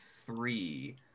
three